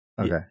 Okay